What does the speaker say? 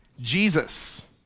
Jesus